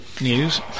news